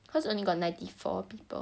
cause only got ninety four people